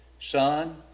Son